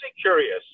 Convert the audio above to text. curious